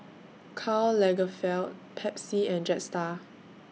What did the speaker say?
Karl Lagerfeld Pepsi and Jetstar